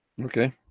Okay